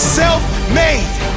self-made